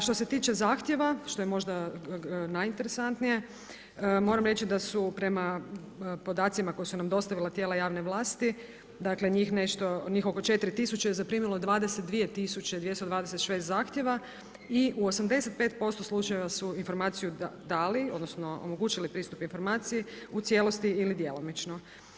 Što se tiče zahtjeva, što je možda najinteresantnije, moram reći da su prema podacima koje su nam dostavila tijela javne vlasti, dakle njih nešto, njih oko 4 tisuće zaprimilo je 22 tisuće 226 zahtjeva i u 85% slučajeva su informaciju dali, odnosno omogućili pristup informaciji u cijelosti ili djelomično.